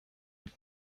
then